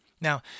Now